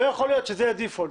לא יכול להיות שזה יהיה הדיפולט.